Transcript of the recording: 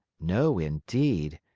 no, indeed.